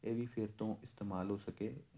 ਇਹ ਵੀ ਫਿਰ ਤੋਂ ਇਸਤੇਮਾਲ ਹੋ ਸਕੇ